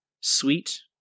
sweet